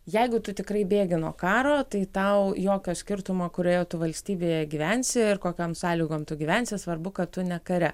jeigu tu tikrai bėgi nuo karo tai tau jokio skirtumo kurioje valstybėje gyvensi ir kokiom sąlygom tu gyvensi svarbu kad tu ne kare